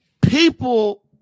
People